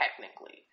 technically